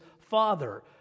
father